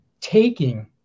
taking